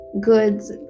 goods